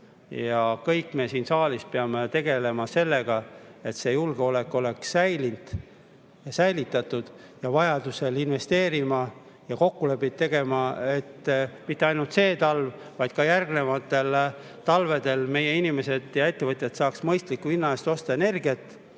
Kõik me siin saalis peame tegelema sellega, et see julgeolek oleks säilitatud, ja vajadusel investeerima ning kokkuleppeid tegema, et mitte ainult see talv, vaid ka järgnevatel talvedel meie inimesed ja ettevõtjad saaksid mõistliku hinna eest osta energiat.